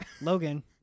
Logan